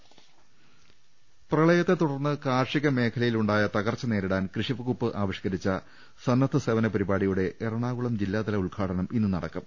രദ്ദേഷ്ടങ പ്രളയത്തെ തുടർന്ന് കാർഷിക മേഖലയിലുണ്ടായ തകർച്ച നേരിടാൻ കൃഷിവകുപ്പ് ആവിഷ്കരിച്ച സന്നദ്ധ സേവന പരിപാടിയുടെ എറണാകുളം ജില്ലാതല ഉദ്ഘാടനം ഇന്ന് നടക്കും